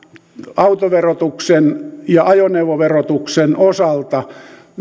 autoverotuksen ja ajoneuvoverotuksen osalta